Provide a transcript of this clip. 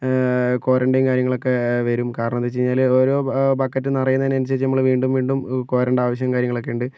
കോരണ്ടിയും കാര്യങ്ങളൊക്കെ വരും കാരണമെന്താണെന്ന് വെച്ച്കഴിഞ്ഞാൽ ഓരോ ബക്കറ്റ് നിറയുന്നതിനനുസരിച്ച് നമ്മൾ വീണ്ടും വീണ്ടും കോരേണ്ട ആവശ്യവും കാര്യങ്ങളൊക്കെയുണ്ട്